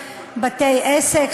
בתי-עסק,